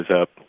up